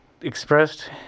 expressed